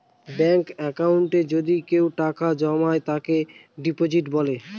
ব্যাঙ্কে একাউন্টে যদি কেউ টাকা জমায় তাকে ডিপোজিট বলে